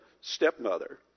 stepmother